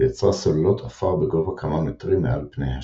ויצרה סוללות עפר בגובה כמה מטרים מעל פני השטח.